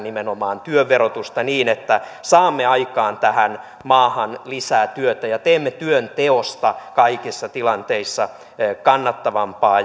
nimenomaan työn verotusta niin että saamme aikaan tähän maahan lisää työtä ja teemme työnteosta kaikissa tilanteissa kannattavampaa